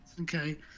Okay